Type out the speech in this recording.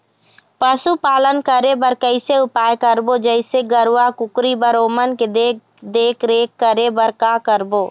पशुपालन करें बर कैसे उपाय करबो, जैसे गरवा, कुकरी बर ओमन के देख देख रेख करें बर का करबो?